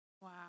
Wow